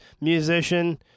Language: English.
musician